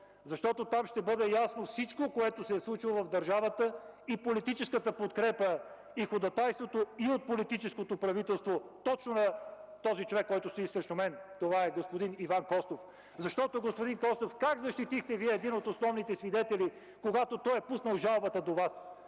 защото там ще бъде ясно всичко, което се е случило в държавата – и политическата подкрепа, и ходатайството, и от политическото правителство точно на този човек, който седи срещу мен – това е господин Иван Костов. Господин Костов, как защитихте Вие един от основните свидетели, когато той е пуснал жалбата до Вас?